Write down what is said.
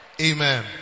Amen